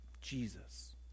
Jesus